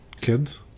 kids